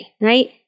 right